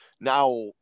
now